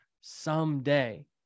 someday